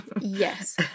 yes